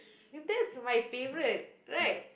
that's my favourite right